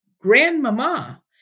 grandmama